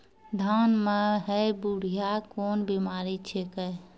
धान म है बुढ़िया कोन बिमारी छेकै?